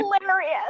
Hilarious